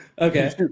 Okay